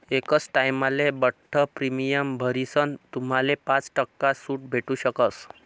एकच टाइमले बठ्ठ प्रीमियम भरीसन तुम्हाले पाच टक्का सूट भेटू शकस